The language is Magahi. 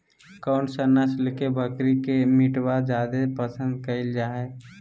कौन सा नस्ल के बकरी के मीटबा जादे पसंद कइल जा हइ?